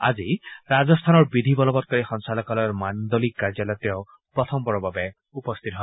আজি ৰাজস্থানৰ বিধি বলৱৎকাৰী সঞ্চালকালয়ৰ মাণুলিক কাৰ্যালয়ত তেওঁ প্ৰথমবাৰৰ বাবে উপস্থিত হয়